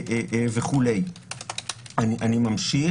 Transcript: אני לוקח